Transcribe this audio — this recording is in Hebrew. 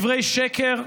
דברי שקר,